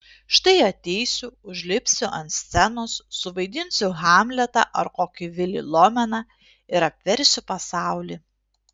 štai ateisiu užlipsiu ant scenos suvaidinsiu hamletą ar kokį vilį lomeną ir apversiu pasaulį